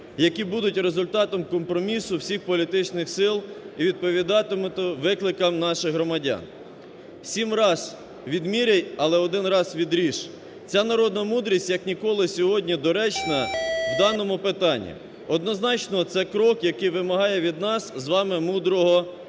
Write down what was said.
які будуть результатом компромісу всіх політичних сил і відповідатимуть викликам наших громадян. Сім раз відміряй, але один раз відріж – ця народна мудрість, як ніколи, сьогодні доречна в даному питанні. Однозначно, це крок, який вимагає від нас з вами мудрого підходу.